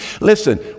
listen